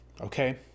okay